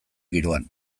giroan